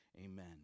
amen